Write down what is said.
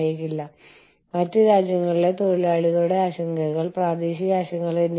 അതിനാൽ മാതൃരാജ്യത്ത് കേന്ദ്രീകൃതമായി എല്ലാം നിയന്ത്രിക്കപ്പെടുന്നു